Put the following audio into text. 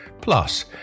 Plus